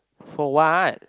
for what